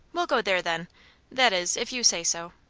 we'll go there, then that is, if you say so.